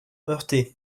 heurtées